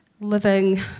living